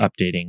updating